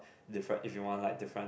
different if you want like different